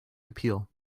appeal